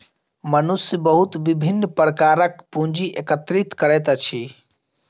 मनुष्य बहुत विभिन्न प्रकारक पूंजी एकत्रित करैत अछि